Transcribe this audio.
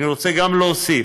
אני רוצה להוסיף